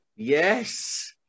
Yes